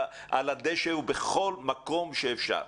על הדשא ובכל מקום שאפשר.